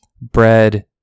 bread